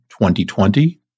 2020